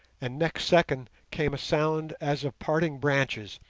and next second came a sound as of parting branches,